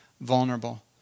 vulnerable